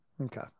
Okay